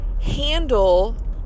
handle